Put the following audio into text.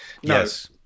Yes